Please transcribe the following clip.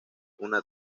una